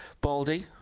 Baldy